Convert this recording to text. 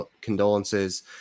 condolences